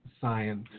science